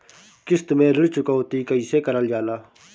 किश्त में ऋण चुकौती कईसे करल जाला?